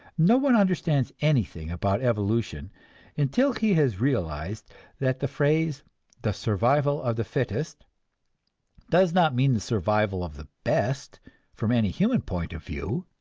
no one understands anything about evolution until he has realized that the phrase the survival of the fittest does not mean the survival of the best from any human point of view.